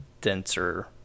denser